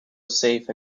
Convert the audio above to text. safe